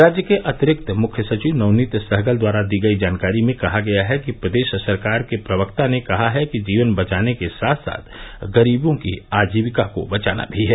राज्य के अतिरिक्त मुख्य सचिव नवनीत सहगल द्वारा दी गई जानकारी में कहा गया है कि प्रदेश सरकार के प्रवक्ता ने कहा है कि जीवन बचाने के साथ साथ गरीबों की आजीविका को बचाना भी है